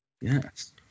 Yes